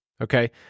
Okay